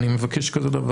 אני מבקש כזה דבר,